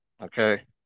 Okay